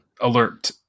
alert